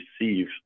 receive